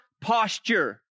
posture